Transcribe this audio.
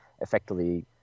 effectively